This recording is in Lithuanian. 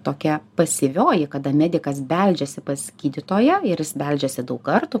tokia pasyvioji kada medikas beldžiasi pas gydytoją ir jis beldžiasi daug kartų